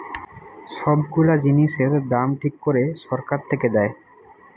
সব গুলা জিনিসের দাম ঠিক করে সরকার থেকে দেয়